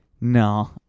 No